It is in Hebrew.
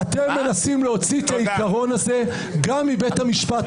אתם מנסים להוציא את העיקרון הזה גם מבית המשפט,